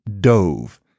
dove